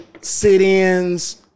sit-ins